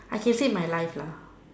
I can say my life lah